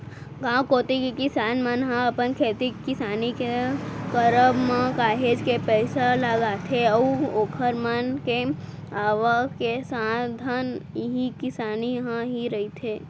गांव कोती के किसान मन ह अपन खेती किसानी के करब म काहेच के पइसा लगाथे अऊ ओखर मन के आवक के साधन इही किसानी ह ही रहिथे